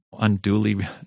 unduly